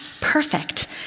perfect